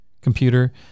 computer